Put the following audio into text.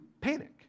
panic